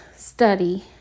study